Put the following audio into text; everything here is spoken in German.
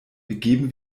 begeben